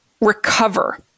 recover